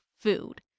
food